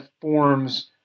forms